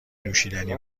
نوشیدنی